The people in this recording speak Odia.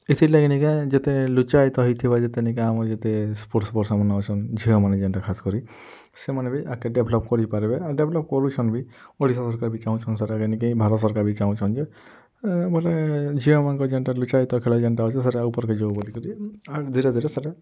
ଇଥିର୍ଲାଗି ନିକେଁ ଯେତେ ଲୁଚାଇତ ହେଇଥିବା ଯେତେ ନିକେଁ ଆମର୍ ଯେତେ ସ୍ପୋର୍ସ ପର୍ସନ୍ମାନେ ଅଛନ୍ ଝିଅମାନେ ଯେନ୍ତା ଖାସ୍ କରି ସେମାନେ ବି ଆଗ୍କେ ଡେଭ୍ଲପ୍ କରିପାର୍ବେ ଡେଭ୍ଲପ୍ କରୁଛନ୍ ବି ଓଡ଼ିଶା ସର୍କାର୍ ବି ଚାହୁଁଚନ୍ ସେଟାକେ ନିକେଁ ଇ ଭାରତ୍ ସର୍କାର୍ ବି ଚାହୁଁଛନ୍ ଯେ ବେଇଲେ ଝିଅମାନଙ୍କ ଯେମନ୍ତା ଲୁଚାଇତ ଖେଳ ଯେନ୍ତା ଅଛେ ସେଟା ଉପର୍କୁ ଯାଉ ବୋଲିକରି ଆର୍ ଧିରେ ଧିରେ ସେଟା